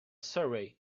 surrey